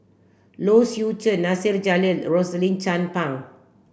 Low Swee Chen Nasir Jalil Rosaline Chan Pang